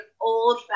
old